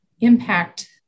impact